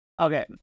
Okay